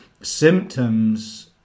symptoms